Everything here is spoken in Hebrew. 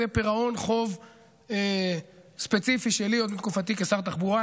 זה פירעון חוב ספציפי שלי עוד מתקופתי כשר תחבורה.